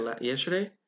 yesterday